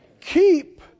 Keep